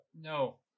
No